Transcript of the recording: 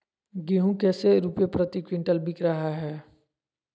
गेंहू कैसे रुपए प्रति क्विंटल बिक रहा है?